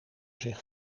zich